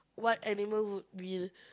what animal would be